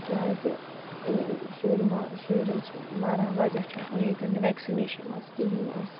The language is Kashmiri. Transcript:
کیازِ شُرۍ ما شُرۍ حظ چھِ مَران وَجہ چھُ آسان ییٚتٮ۪ن نہٕ ویٚکسِنیشَن آسہِ کِہنۍ آسہِ